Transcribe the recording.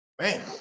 man